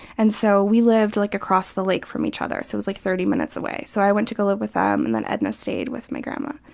and so we lived like across the lake from each other. it was like thirty minutes away. so i went to go live with them and then edna stayed with my grandma.